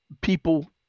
people